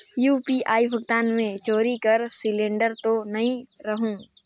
UPI भुगतान मे चोरी कर सिलिंडर तो नइ रहु?